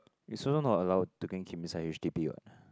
it's also not allowed to go and keep inside H_D_B what